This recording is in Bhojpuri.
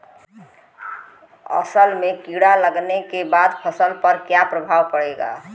असल में कीड़ा लगने के बाद फसल पर क्या प्रभाव पड़ेगा?